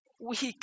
weak